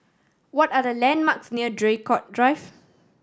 what are the landmarks near Draycott Drive